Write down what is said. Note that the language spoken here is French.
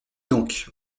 donc